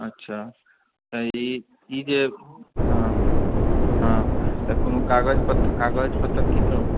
अच्छा तऽ ई ई जे हँ हँ तऽ कोनो कागज कागज पत्तर की सब